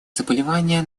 заболевания